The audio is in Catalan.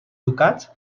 ducats